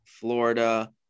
Florida